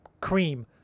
cream